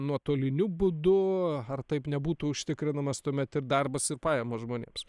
nuotoliniu būdu ar taip nebūtų užtikrinamas tuomet ir darbas ir pajamos žmonėms